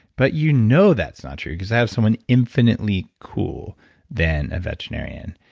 but you know that's not true cause i have someone infinitely cool than a veterinarian.